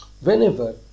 whenever